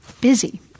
busy